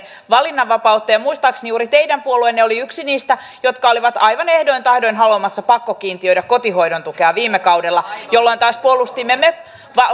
perheiden valinnanvapautta ja muistaakseni juuri teidän puolueenne oli yksi niistä jotka olivat aivan ehdoin tahdoin haluamassa pakkokiintiöidä kotihoidon tukea viime kaudella jolloin taas me